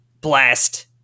blast